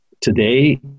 today